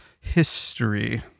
history